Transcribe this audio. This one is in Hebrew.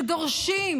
שדורשים: